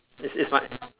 it's it's my